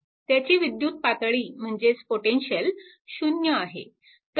त्याची विद्युत पातळी म्हणजेच पोटेन्शिअल 0 आहे